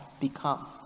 become